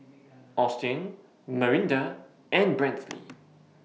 Austyn Marinda and Brantley